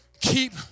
Keep